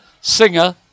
singer